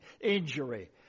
injury